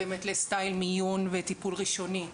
באמת לדברים כמו מיון וטיפול ראשוני.